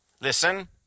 Listen